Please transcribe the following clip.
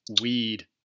weed